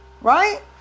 Right